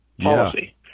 policy